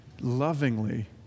lovingly